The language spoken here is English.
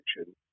action